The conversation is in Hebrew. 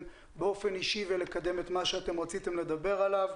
באופן אישי ולקדם את מה שרציתם לדבר עליו.